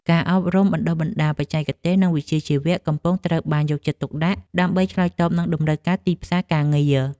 ការអប់រំបណ្តុះបណ្តាលបច្ចេកទេស និងវិជ្ជាជីវៈកំពុងត្រូវបានយកចិត្តទុកដាក់ ដើម្បីឆ្លើយតបនឹងតម្រូវការទីផ្សារការងារ។